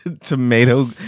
Tomato